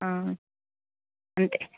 అంతే